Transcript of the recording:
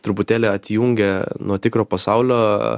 truputėlį atjungia nuo tikro pasaulio